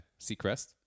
Seacrest